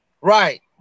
Right